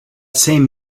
same